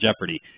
Jeopardy